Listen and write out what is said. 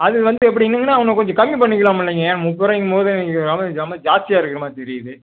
அது வந்து எப்படிங்கனுங்கண்ணா இன்னும் கொஞ்சம் கம்மி பண்ணிக்கலாம் இல்லைங்க முப்பதுரூவாய்ங்க போது ஜம ரொம்ப ஜாஸ்தியாக இருக்க மாதிரி தெரியுது